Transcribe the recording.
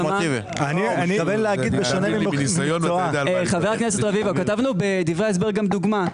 חבר הכנסת רביבו, כתבנו בדברי ההסבר גם דוגמה.